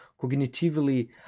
cognitively